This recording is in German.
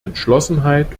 entschlossenheit